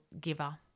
giver